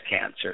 cancer